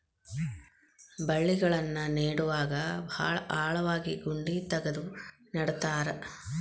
ಬಳ್ಳಿಗಳನ್ನ ನೇಡುವಾಗ ಭಾಳ ಆಳವಾಗಿ ಗುಂಡಿ ತಗದು ನೆಡತಾರ